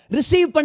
Receive